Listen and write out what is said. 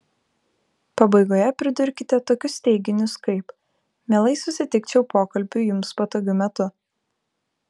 pabaigoje pridurkite tokius teiginius kaip mielai susitikčiau pokalbiui jums patogiu metu